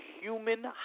human